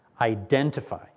identify